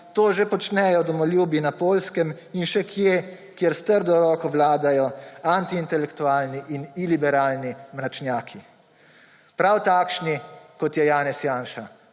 to že počnejo domoljubi na Poljskem in še kje, kjer s trdo roko vladajo antiintelektualni in iliberalni mračnjaki. Prav takšni, kot je Janez Janša,